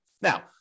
Now